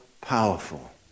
powerful